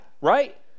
right